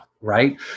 right